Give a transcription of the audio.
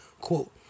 Quote